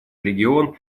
регион